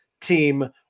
team